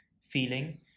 feeling